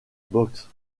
boxe